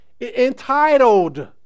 entitled